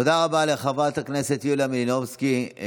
תודה רבה לחברת הכנסת יוליה מלינובסקי.